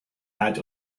had